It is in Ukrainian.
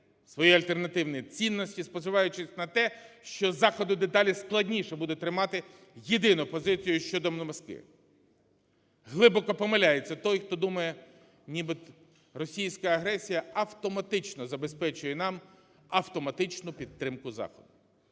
свої альтернативні цінності, сподіваючись на те, що Заходу дедалі складніше буде тримати єдину позицію щодо Москви. Глибоко помиляється той, хто думає, ніби російська агресія автоматично забезпечує нам автоматичну підтримку Заходу.